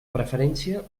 preferència